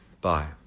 Bye